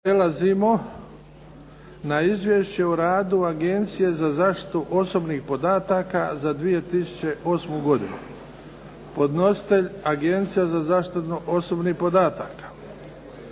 Prelazimo na - Izvješće o radu Agencije za zaštitu osobnih podataka za 2008. godinu Podnositelj je Agencija za zaštitu osobnih podataka.